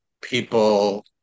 people